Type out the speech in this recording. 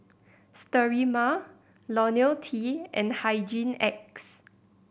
Sterimar Lonil T and Hygin X